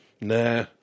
Nah